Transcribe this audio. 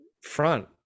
front